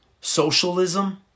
socialism